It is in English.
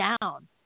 down